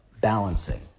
balancing